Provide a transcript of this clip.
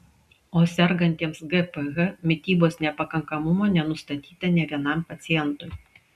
o sergantiems gph mitybos nepakankamumo nenustatyta nė vienam pacientui